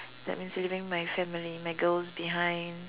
that means leaving my family my girls behind